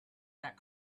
that